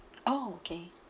oh okay